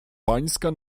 pańska